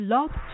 Love